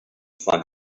find